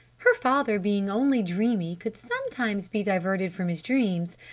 her father being only dreamy could sometimes be diverted from his dreams!